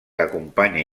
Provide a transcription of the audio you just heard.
acompanya